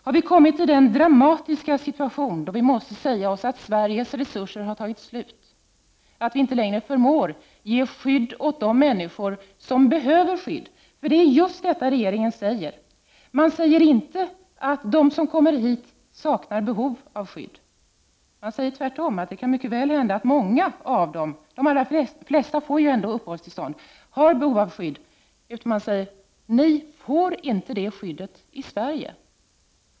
Har vi kommit i den dramatiska situation då vi måste säga oss att Sveriges resurser har tagit slut, att vi inte längre förmår ge skydd åt de människor som behöver skydd? Det är just detta regeringen säger. Regeringen säger inte att de som kommer hit saknar behov av skydd. Tvärtom säger man att det mycket väl kan hända att många av dem har behov av skydd — de allra flesta får ju ändå uppehållstillstånd. I stället säger man: Ni får inte det skyddet i Sverige.